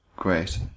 Great